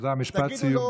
תגידו לו,